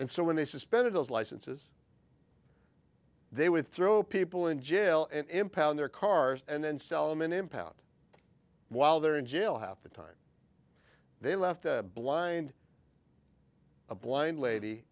and so when they suspended those licenses they would throw people in jail and impound their cars and then sell them an impound while they're in jail half the time they left blind a blind lady